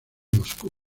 moscú